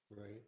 right